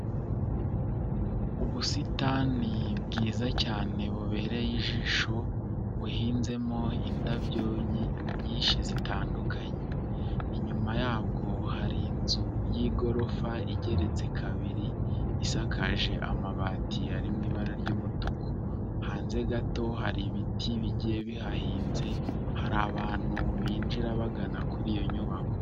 Ubusitani bwiza cyane bubereye ijisho, buhinzemo indabyo nyinshi zitandukanye. Inyuma yabwo hari inzu y'igorofa igeretse kabiri, isakaje amabati ari mu ibara ry'umutuku, hanze gato hari ibiti bigiye bihahinze, hari abantu binjira bagana kuri iyo nyubako.